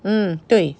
mm 对